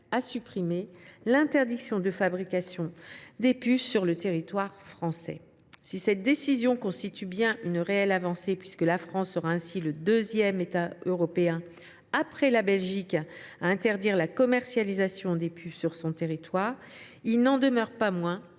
à supprimer du texte l’interdiction de la fabrication des puffs sur le territoire français. Si cette décision constitue bien une réelle avancée, puisque la France sera le deuxième État européen, après la Belgique, à interdire la commercialisation des puffs sur son territoire, il n’en demeure pas moins